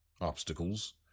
obstacles